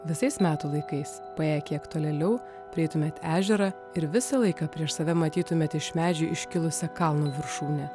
visais metų laikais paėję kiek tolėliau prieitumėt ežerą ir visą laiką prieš save matytumėt iš medžių iškilusią kalno viršūnę